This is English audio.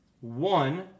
one